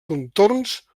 contorns